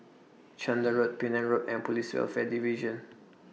Chander Road Penang Road and Police Welfare Division